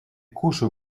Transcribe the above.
couches